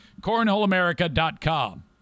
CornholeAmerica.com